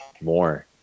more